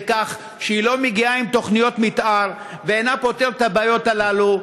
כך שהיא לא מגיעה עם תוכניות מתאר ואינה פותרת את הבעיות האלה,